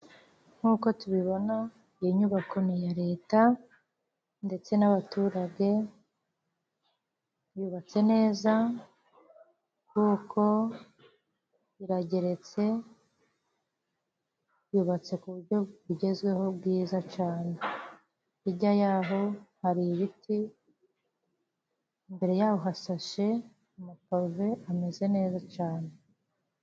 Nk'uko tubibona iyi nyubako ni iya leta ndetse n'abaturage, yubatse neza kuko irageretse, yubatse ku buryo bugezweho bwiza cane. Hijya y'aho hari ibiti, imbere y'aho hasashe amakave, hameze neza cane.